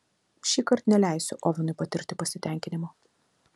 šįkart neleisiu ovenui patirti pasitenkinimo